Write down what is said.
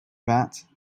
that